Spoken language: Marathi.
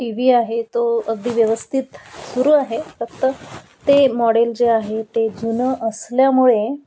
टी व्वी आहे तो अगदी व्यवस्थित सुरू आहे फक्त ते मॉडेल जे आहे ते जुनं असल्यामुळे